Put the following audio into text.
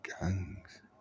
gangs